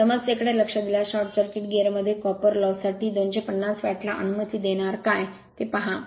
समस्येकडे लक्ष दिल्यास शॉर्ट सर्किट गीअरमध्ये कॉपर लॉस साठी 250 वॅटला अनुमती देणार काय ते पहा